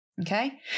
Okay